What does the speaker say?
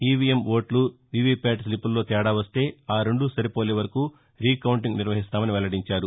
EVM ఓట్లు VVPAT స్లిప్పుల్లో తేడా వస్తే ఆ రెండూ సరిపోలే వరకు రీకౌంటింగ్ నిర్వహిస్తామని వెల్లడించారు